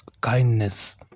kindness